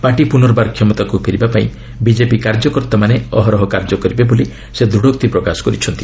party ପୁନର୍ବାର କ୍ଷମତାକୁ ଫେରିବା ପାଇଁ ବିଜେପି କାର୍ଯ୍ୟକର୍ତ୍ତାମାନେ ଅହରହ କାର୍ଯ୍ୟ କରିବେ ବୋଲି ସେ ଦୃଢ଼ୋକ୍ତି ପ୍ରକାଶ କରିଛନ୍ତି